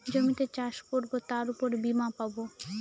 জমিতে চাষ করবো তার উপর বীমা পাবো